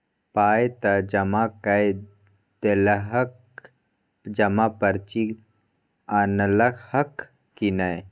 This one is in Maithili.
पाय त जमा कए देलहक जमा पर्ची अनलहक की नै